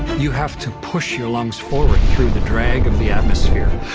you have to push your lungs forward through the drag of the atmosphere.